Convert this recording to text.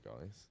guys